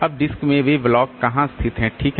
अब डिस्क में वे ब्लॉक कहां स्थित हैं ठीक है